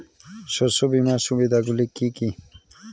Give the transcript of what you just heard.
শস্য বিমার সুবিধাগুলি কি কি?